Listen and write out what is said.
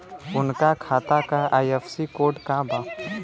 उनका खाता का आई.एफ.एस.सी कोड का बा?